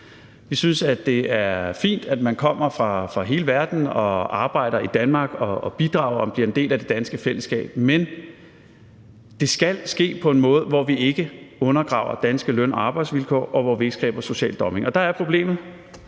Vi synes, at det er fint, at man kommer fra hele verden og arbejder i Danmark, bidrager og bliver en del af det danske fællesskab, men det skal ske på en måde, hvor vi ikke undergraver danske løn- og arbejdsvilkår, og hvor vi ikke skaber social dumping. Og der er problemet